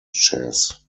chess